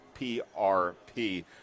PRP